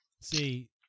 See